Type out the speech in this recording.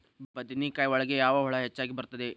ಬದನೆಕಾಯಿ ಒಳಗೆ ಯಾವ ಹುಳ ಹೆಚ್ಚಾಗಿ ಬರುತ್ತದೆ?